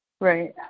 right